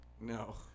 No